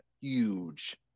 Huge